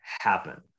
happen